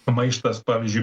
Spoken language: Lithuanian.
maištas pavyzdžiui